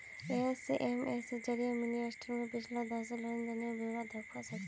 SMS जरिए mini स्टेटमेंटत पिछला दस लेन देनेर ब्यौरा दखवा सखछी